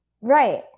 Right